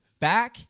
back